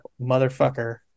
Motherfucker